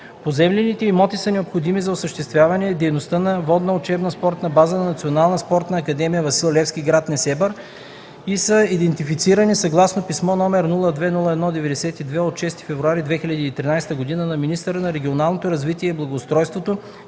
Поземлените имоти са необходими за осъществяване дейността на Водна учебна спортна база на Национална спортна академия „Васил Левски” – гр. Несебър, и са идентифицирани съгласно Писмо № 02-01-92 от 6 февруари 2013 г. на министъра на регионалното развитие и благоустройството